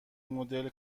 مدل